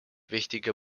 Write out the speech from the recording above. wichtige